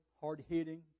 hard-hitting